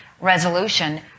resolution